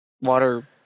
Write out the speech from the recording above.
Water